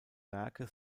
werke